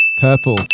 purple